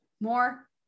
more